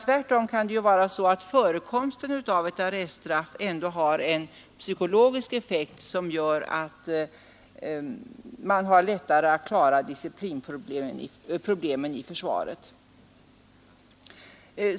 Tvärtom kan det vara så att förekomsten av ett arreststraff ändå har en psykologisk effekt, som gör att man har lättare att klara disciplinproblemen i försvaret.